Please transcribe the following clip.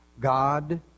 God